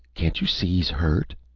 can't you see he's hurt?